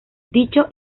dicho